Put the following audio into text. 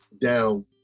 down